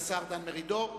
השר דן מרידור.